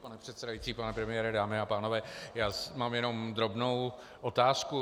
Pane předsedající, pane premiére, dámy a pánové, já mám jenom drobnou otázku.